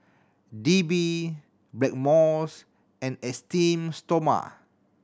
D B Blackmores and Esteem Stoma